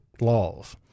laws